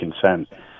consent